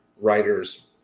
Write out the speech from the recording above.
writers